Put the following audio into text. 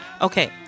Okay